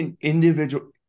individual